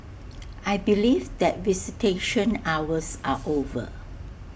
I believe that visitation hours are over